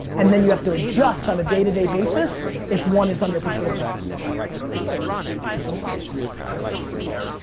and then you have to adjust on a day-to-day basis if one is underperforming. and probably start fairly local and see how it goes there?